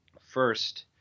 first